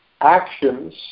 actions